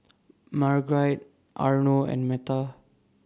Margurite Arno and Meta